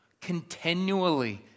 continually